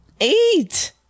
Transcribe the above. Eight